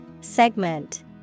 Segment